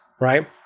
right